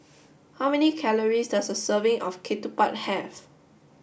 how many calories does a serving of Ketupat have